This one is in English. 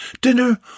dinner